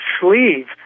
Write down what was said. sleeve